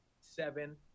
seven